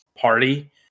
party